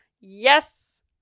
Yes